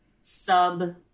sub